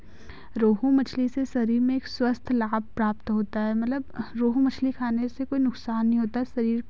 रोहू मछली से शरीर में एक स्वस्थ लाभ प्राप्त होता है मतलब रोहू मछली खाने से कोई नुकसान नहीं होता है शरीर